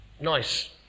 nice